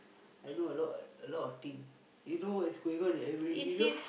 I know a lot a lot of thing he know what is going on in every he know